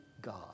God